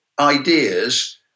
ideas